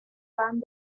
pan